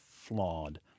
flawed